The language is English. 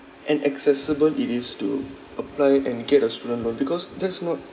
and accessible it is to apply and get a student loan because that's not